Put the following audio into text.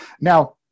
Now